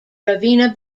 ravenna